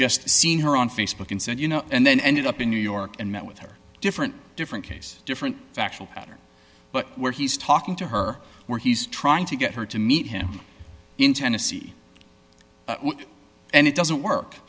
just seen her on facebook and said you know and then ended up in new york and met with her different different case different factual pattern but where he's talking to her where he's trying to get her to meet him in tennessee and it doesn't work